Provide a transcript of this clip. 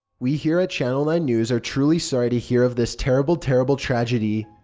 we here at channel nine news are truly sorry to hear of this terrible, terrible tragedy.